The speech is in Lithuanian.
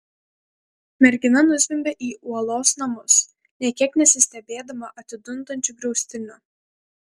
mergina nuzvimbė į uolos namus nė kiek nesistebėdama atidundančiu griaustiniu